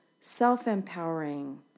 self-empowering